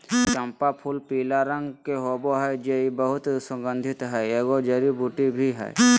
चम्पा फूलपीला रंग के होबे हइ जे बहुत सुगन्धित हइ, एगो जड़ी बूटी भी हइ